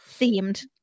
themed